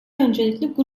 öncelikli